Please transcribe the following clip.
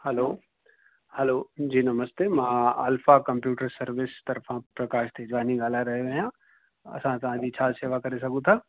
हलो hello जी नमस्ते मां आलफ़ा कम्पयूटर सर्विस तरफ़ा प्रकाश तेजवानी ॻाल्हाए रहियो आहियां असां तव्हांजी छा सेवा करे सघूं था